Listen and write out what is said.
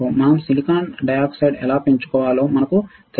మనం సిలికాన్ డయాక్సైడ్ను ఎలా పెంచుకోవాలో మనకు తెలుసు